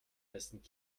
dessen